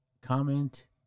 comment